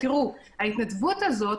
בהתנדבות הזאת,